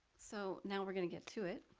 so now we're gonna get to it.